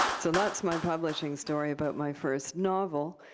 so that's my publishing story about my first novel,